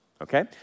okay